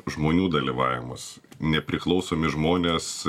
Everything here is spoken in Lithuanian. žmonių dalyvavimas nepriklausomi žmonės